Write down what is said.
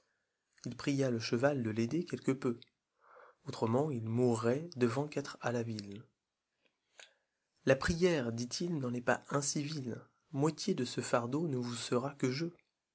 il pria le cheval de l'aider quelque peu autrement ii mourrait devant qu'être à la ville ï a prière dit-il n'en est pas incivile moitié de ce fardeau ne vous sera que jeu